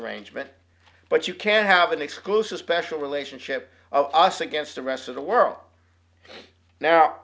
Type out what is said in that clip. arrangement but you can't have an exclusive special relationship of us against the rest of the world now